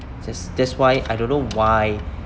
that's that's why I don't know why